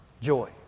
joy